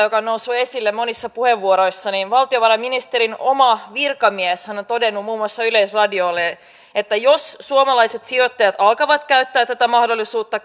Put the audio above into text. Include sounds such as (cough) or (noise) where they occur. (unintelligible) joka on noussut esille monissa puheenvuoroissa valtiovarainministerin oma virkamieshän on todennut muun muassa yleisradiolle että jos suomalaiset sijoittajat alkavat käyttää tätä mahdollisuutta (unintelligible)